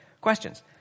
questions